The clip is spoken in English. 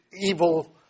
evil